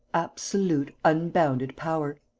absolute, unbounded power.